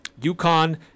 UConn